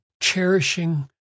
cherishing